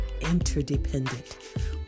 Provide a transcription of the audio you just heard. interdependent